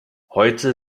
heute